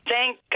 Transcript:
Thank